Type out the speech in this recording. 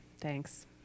Thanks